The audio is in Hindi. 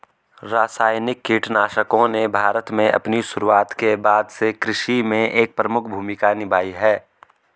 रासायनिक कीटनाशकों ने भारत में अपनी शुरूआत के बाद से कृषि में एक प्रमुख भूमिका निभाई है